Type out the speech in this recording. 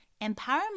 Empowerment